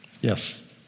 Yes